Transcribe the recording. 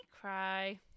cry